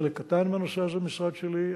חלק קטן מהנושא הזה במשרד שלי.